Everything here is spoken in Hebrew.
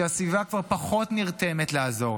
שהסביבה כבר פחות נרתמת לעזור.